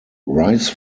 rice